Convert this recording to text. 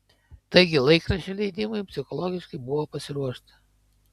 taigi laikraščio leidimui psichologiškai buvo pasiruošta